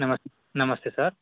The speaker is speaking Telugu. నమస్తే నమస్తే సార్